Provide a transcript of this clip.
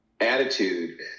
attitude